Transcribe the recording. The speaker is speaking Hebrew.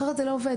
אחרת זה לא עובד,